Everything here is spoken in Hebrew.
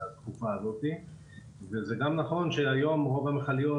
זה גם נכון שהיום רוב המכליות,